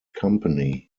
company